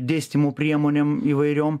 dėstymo priemonėm įvairiom